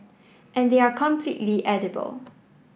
and they are completely edible